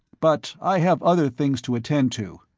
but i have other things to attend to.